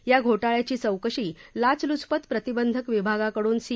या घोटाळ्याची चौकशी लाचलुचपत प्रतिबंध विभागाकडून सी